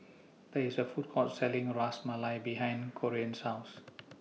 There IS A Food Court Selling A Ras Malai behind Corean's House